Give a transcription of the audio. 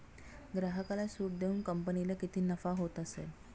ग्राहकाला सूट देऊन कंपनीला किती नफा होत असेल